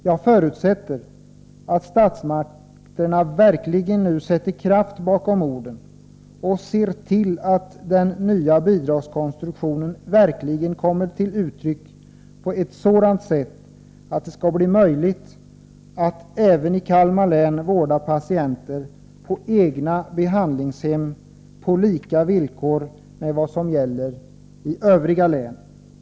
Jag förutsätter att statsmakterna verkligen sätter kraft bakom orden och ser till att den nya bidragskonstruktionen resulterar i att det även i Kalmar län blir möjligt att vårda patienter på länets egna behandlingshem, på samma villkor som i övriga län.